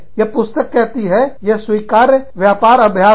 यह पुस्तक कहती है यह स्वीकार्य व्यापार अभ्यास है